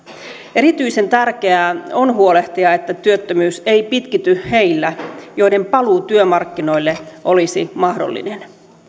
erityisen tärkeää on huolehtia että työttömyys ei pitkity heillä joiden paluu työmarkkinoille olisi mahdollinen